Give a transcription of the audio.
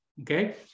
Okay